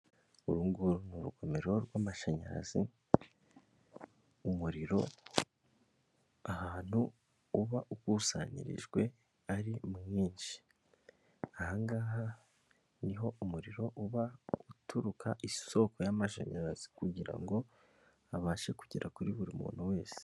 Uru nguru ni urugomero rw'amashanyarazi, umuriro ahantu uba ukusanyirijwe ari mwinshi. Aha ngaha niho umuriro uba uturuka isoko y'amashanyarazi kugira ngo abashe kugera kuri buri muntu wese.